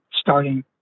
starting